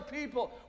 people